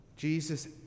Jesus